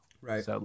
Right